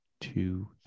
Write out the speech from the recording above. two